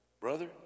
brother